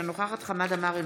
אינה נוכחת חמד עמאר,